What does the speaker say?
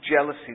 jealousy